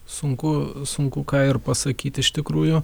sunku sunku ką ir pasakyt iš tikrųjų